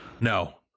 No